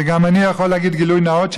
ואני גם יכול להגיד גילוי נאות,